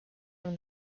from